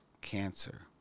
cancer